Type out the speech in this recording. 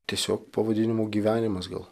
tiesiog pavadinimu gyvenimas gal